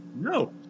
no